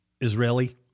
Israeli